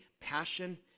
passion